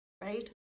right